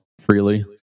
freely